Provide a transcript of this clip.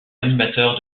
animateur